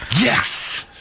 Yes